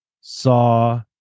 saw